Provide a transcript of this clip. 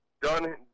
done